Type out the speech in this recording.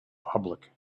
public